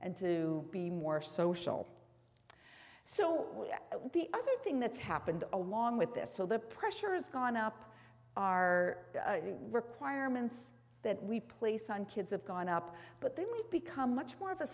and to be more social so the other thing that's happened along with this so the pressure has gone up our requirements that we place on kids have gone up but then we've become much more of a